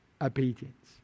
obedience